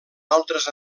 altres